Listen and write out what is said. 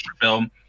film